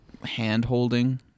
hand-holding